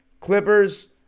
Clippers